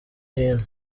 hino